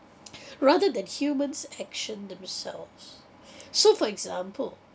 rather than humans action themselves so for example